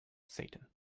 satan